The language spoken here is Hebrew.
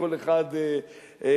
כל אחד מתכחל,